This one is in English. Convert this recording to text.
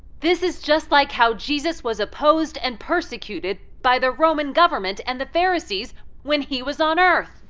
this is just like how jesus was opposed and persecuted by the roman government and the pharisees when he was on earth!